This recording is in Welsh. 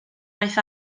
aeth